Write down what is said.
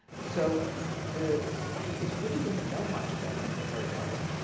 so the scientists really didn't know much about the military planning.